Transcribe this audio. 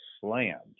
slammed